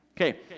Okay